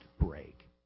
break